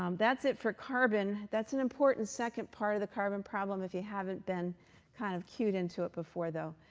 um that's it for carbon. that's an important second part of the carbon problem, if you haven't been kind of cued into it before though,